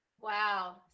Wow